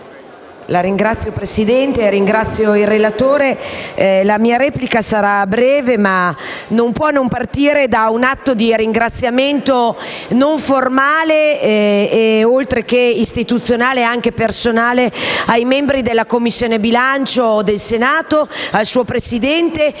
ringrazio innanzitutto il relatore. La mia replica sarà breve, ma non può non partire da un atto di ringraziamento non formale, oltre che istituzionale, e quindi personale, ai membri della Commissione bilancio del Senato, al suo Presidente